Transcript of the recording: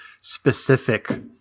specific